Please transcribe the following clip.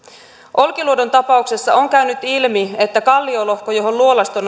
olkiluodon tapauksessa on käynyt ilmi että kalliolohko johon luolasto